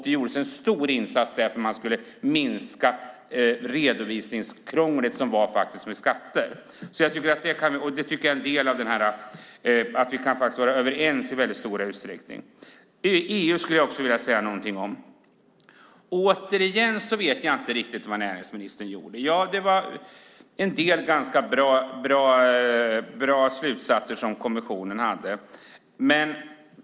Det gjordes en stor insats för att minska redovisningskrånglet för skatter. Där kan vi vara överens i stor utsträckning. När det gäller EU vet jag återigen inte riktigt vad näringsministern gjorde. Kommissionen hade en del ganska bra slutsatser.